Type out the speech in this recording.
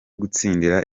gutsindira